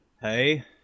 Hey